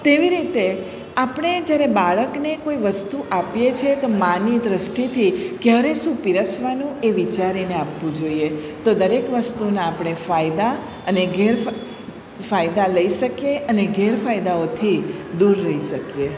તેવી રીતે આપણે જ્યારે બાળકને કોઈ વસ્તુ આપીએ છે તો માની દૃષ્ટિથી ક્યારે શું પીરસવાનું એ વિચારીને આપવું જોઈએ તો દરેક વસ્તુના આપણે ફાયદા અને ગેર લઈ શકીએ અને ગેરફાયદાઓથી દૂર રહી શકીએ